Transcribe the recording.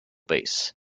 base